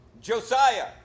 Josiah